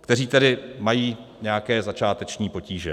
kteří tedy mají nějaké začáteční potíže.